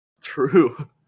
True